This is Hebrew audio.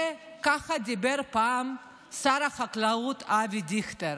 כך דיבר פעם שר החקלאות אבי דיכטר.